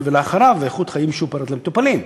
ולאחריו ואיכות חיים משופרת למטופלים,